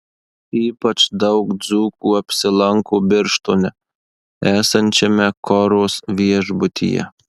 ypač daug dzūkų apsilanko birštone esančiame koros viešbutyje